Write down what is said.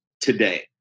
today